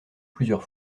plusieurs